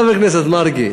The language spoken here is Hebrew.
חבר הכנסת מרגי,